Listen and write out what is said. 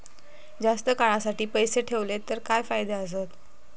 जास्त काळासाठी पैसे ठेवले तर काय फायदे आसत?